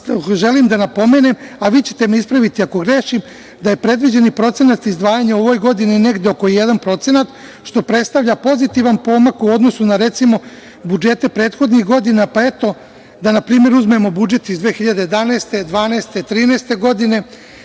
želim da napomenem, a vi ćete me ispraviti ako grešim da je predviđeni procenat izdvajanja u ovoj godini negde oko 1%, što predstavlja pozitivan pomak u odnosu na, recimo, budžete prethodnih godina, pa eto, da na primer uzmemo budžet iz 2011, 2012, 2013. godine.